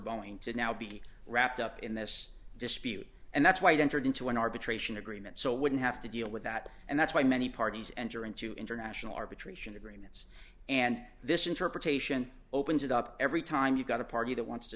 boeing to now be wrapped up in this dispute and that's why it entered into an arbitration agreement so wouldn't have to deal with that and that's why many parties enter into international arbitration agreements and this interpretation opens it up every time you've got a party that wants to